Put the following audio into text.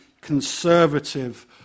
conservative